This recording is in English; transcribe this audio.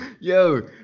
yo